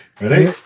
Ready